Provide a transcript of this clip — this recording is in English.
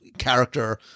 character